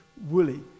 woolly